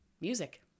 music